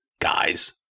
guys